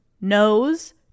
nose